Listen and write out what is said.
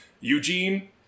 Eugene